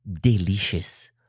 Delicious